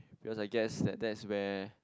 because I guess that that's where